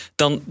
dan